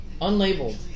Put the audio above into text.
unlabeled